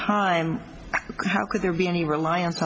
time how could there be any reliance